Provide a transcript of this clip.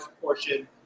portion